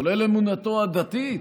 כולל אמונתו הדתית,